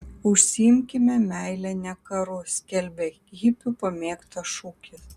užsiimkime meile ne karu skelbė hipių pamėgtas šūkis